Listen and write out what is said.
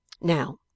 Now